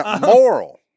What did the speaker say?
Moral